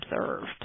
observed